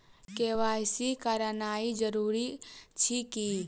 KYC करानाइ जरूरी अछि की?